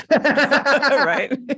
right